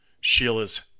Sheila's